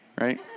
right